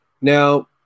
Now